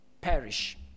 perish